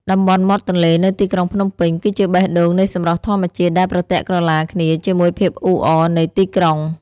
តំបន់មាត់ទន្លេនៅទីក្រុងភ្នំពេញគឺជាបេះដូងនៃសម្រស់ធម្មជាតិ ដែលប្រទាក់ក្រឡាគ្នាជាមួយភាពអ៊ូអរនៃទីក្រុង។